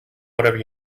whatever